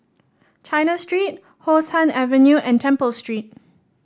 China Street How Sun Avenue and Temple Street